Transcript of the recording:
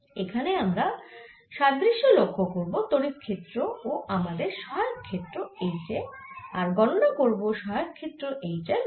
এখানে আমরা সাদৃশ্য লক্ষ্য করব তড়িৎ ক্ষেত্র ও আমাদের সহায়ক ক্ষেত্র H এর আর গণনা করব সহায়ক ক্ষেত্র H এর মান